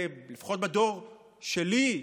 לפחות בדור שלי,